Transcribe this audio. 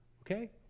Okay